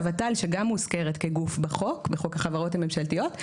ה-ות"ל שגם מוזכרת כגוף בחוק החברות הממשלתיות,